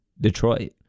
Detroit